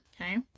Okay